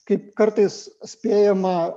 kaip kartais spėjama